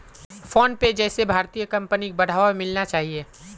PhonePe जैसे भारतीय कंपनिक बढ़ावा मिलना चाहिए